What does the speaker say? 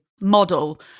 model